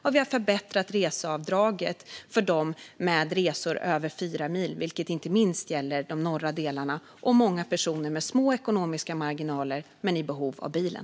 Och vi har förbättrat reseavdraget för dem som har resor på över fyra mil, vilket inte minst gäller de norra delarna och många personer som har små ekonomiska marginaler men är i behov av bilen.